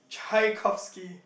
Tchaikovsky